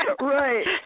right